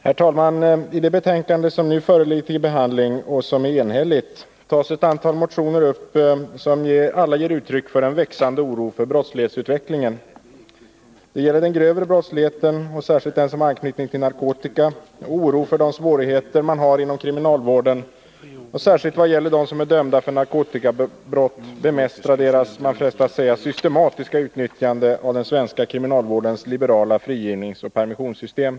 Herr talman! I det betänkande som nu föreligger till behandling och som är enhälligt tas ett antal motioner upp som alla ger uttryck för en växande oro för brottslighetsutvecklingen. Det gäller den grövre brottsligheten, särskilt den som har anknytning till narkotika, och den oro för de svårigheter man har inom kriminalvården att särskilt vad gäller dem som är dömda för narkotikabrott bemästra deras — man frestas säga så — systematiska utnyttjande av den svenska kriminalvårdens liberala frigivningsoch Nr 34 permissionssystem.